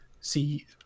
see